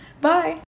Bye